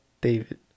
David